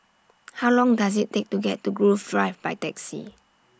How Long Does IT Take to get to Grove Drive By Taxi